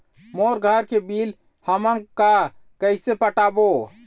मोर घर के बिल हमन का कइसे पटाबो?